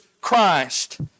Christ